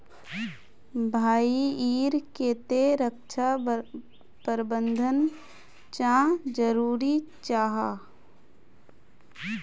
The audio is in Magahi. भाई ईर केते रक्षा प्रबंधन चाँ जरूरी जाहा?